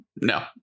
No